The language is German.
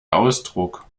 ausdruck